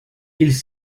ils